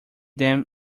them